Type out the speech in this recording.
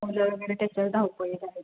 मुलं वगैरे त्याच्या धावपळी झाल्या